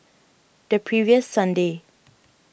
the previous Sunday